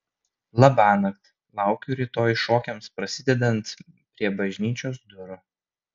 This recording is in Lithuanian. labanakt laukiu rytoj šokiams prasidedant prie bažnyčios durų